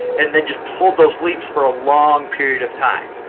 and then just told those leaps for a long period of time.